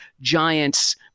giants